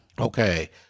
Okay